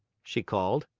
she called.